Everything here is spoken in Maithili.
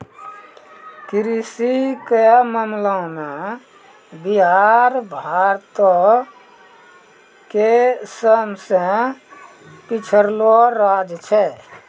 कृषि के मामला मे बिहार भारतो के सभ से पिछड़लो राज्य छै